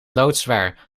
loodzwaar